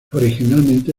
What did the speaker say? originalmente